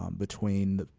um between,